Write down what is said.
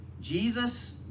jesus